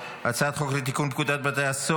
אני קובע כי הצעת חוק התכנון והבנייה (תיקון מס'